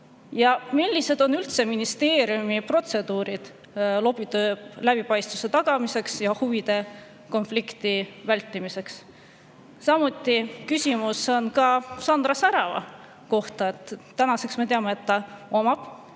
Millised on üldse ministeeriumi protseduurid lobitöö läbipaistvuse tagamiseks ja huvide konflikti vältimiseks? Samuti on küsimusi Sandra Särava kohta. Tänaseks me teame, et ta omab